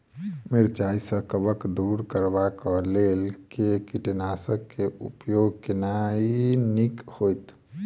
मिरचाई सँ कवक दूर करबाक लेल केँ कीटनासक केँ उपयोग केनाइ नीक होइत?